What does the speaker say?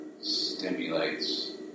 stimulates